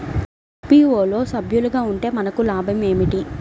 FPO లో సభ్యులుగా ఉంటే మనకు లాభం ఏమిటి?